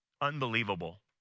Unbelievable